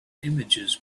images